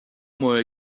more